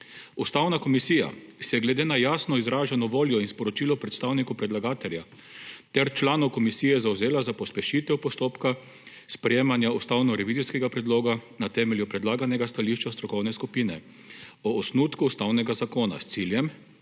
Ustavna komisija se je glede na jasno izraženo voljo in sporočilo predstavnikov predlagatelja ter članov komisije zavzela za pospešitev postopka sprejemanja ustavnorevizijskega predloga na temelju predlaganega stališča strokovne skupine o osnutku Ustavnega zakona s ciljem,